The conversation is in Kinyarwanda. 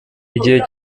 igihe